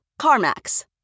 CarMax